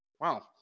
Wow